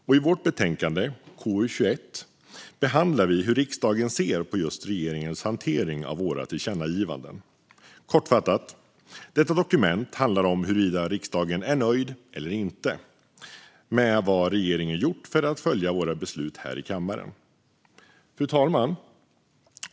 Och i vårt betänkande, KU21, behandlar vi hur riksdagen ser på just regeringens hantering av våra tillkännagivanden. Kortfattat: Detta dokument handlar om huruvida riksdagen är nöjd eller inte med vad regeringen gjort för att följa våra beslut här i kammaren. Fru talman!